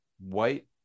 white